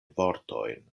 vortojn